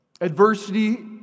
Adversity